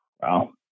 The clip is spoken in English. Wow